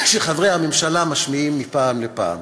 שחברי הממשלה משמיעים מפעם לפעם.